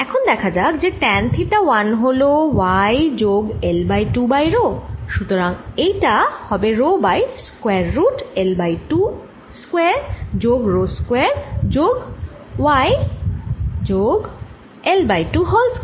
এখন দেখা যাক যে ট্যান থিটা 1 হল y যোগ L বাই 2 বাই রো সুতরাং এটা হবে rho by square root L by 2 square যোগ রো স্কোয়ার যোগ y যোগ L বাই 2 হোল স্কোয়ার